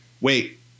wait